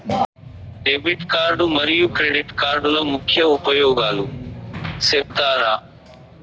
Debit card మరియు credit కార్డుల ముఖ్య ఉపయోగాలు సెప్తారా?